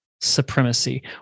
supremacy